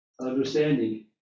...understanding